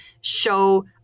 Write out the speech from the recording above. show